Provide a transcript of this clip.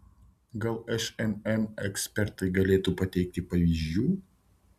gal šmm ekspertai galėtų pateikti pavyzdžių